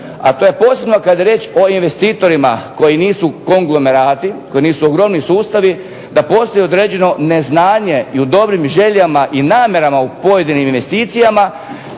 a to je posebno kad je riječ o investitorima koji nisu konglomerati, koji nisu ogromni sustavi, da postoji određeno neznanje i u dobrim željama i namjerama u pojedinim investicijama